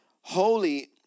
Holy